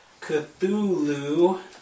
Cthulhu